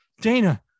Dana